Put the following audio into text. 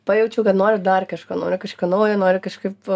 pajaučiau kad noriu dar kažko noriu kažko naujo noriu kažkaip